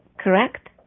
correct